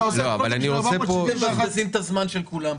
אני חושב שמבזבזים את הזמן של כולם פה.